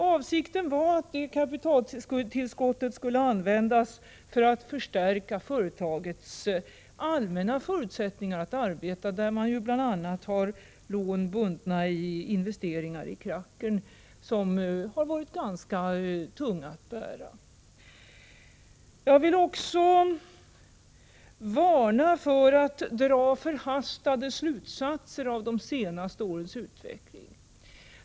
Avsikten var att kapitaltillskottet skulle användas för att förstärka företagets allmänna förutsättningar för fortsatt drift. Man har bl.a. lån bundna i investeringar i raffinaderier, och dessa har varit ganska tunga att bära. Jag vill varna för förhastade slutsatser av de senaste årens utveckling.